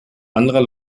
anderer